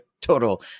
total